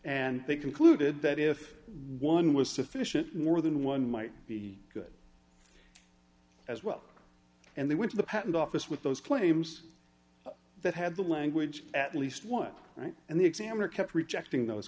and they concluded that if one was sufficient more than one might be good as well and they went to the patent office with those claims that had the language at least one right and the examiner kept rejecting those